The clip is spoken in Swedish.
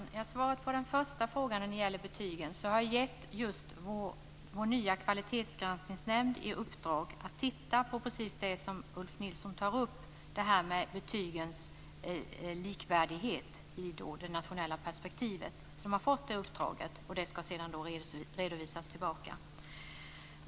Fru talman! Svaret på den första frågan som gäller betygen är att jag har gett vår nya kvalitetsgranskningsnämnd i uppdrag att titta på just det som Ulf Nilsson tar upp, nämligen detta med betygens likvärdighet i det nationella perspektivet. Det är ett uppdrag som sedan ska redovisas.